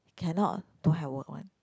cannot don't have work one